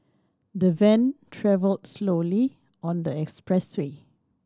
the van travelled slowly on the expressway